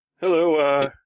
Hello